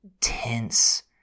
tense